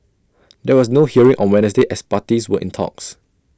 there was no hearing on Wednesday as parties were in talks